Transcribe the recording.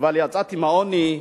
אבל יצאתי מהעוני.